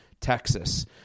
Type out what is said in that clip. Texas